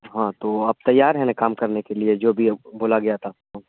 ہاں تو آپ تیار ہیں نا کام کرنے کے لیے جو بھی بولا گیا تھا آپ کو